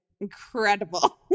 incredible